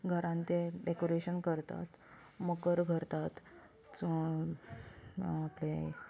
घरान ते डेकोरेशन करतात मकर करतात आपले